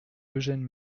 eugène